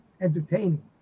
entertaining